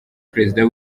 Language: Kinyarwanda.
perezida